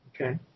Okay